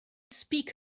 speak